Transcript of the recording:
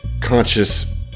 conscious